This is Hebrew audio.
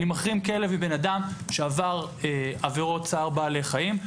אני מחרים כלב מבן אדם שעבר צער בעלי חיים,